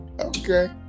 Okay